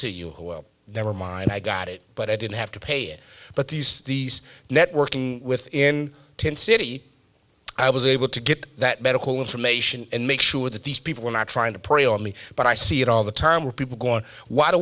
you never mind i got it but i didn't have to pay it but these these networking within tent city i was able to get that medical information and make sure that these people were not trying to prey on me but i see it all the time where people go on why do